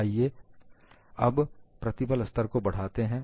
अब आइए प्रतिबल स्तर को बढ़ाते हैं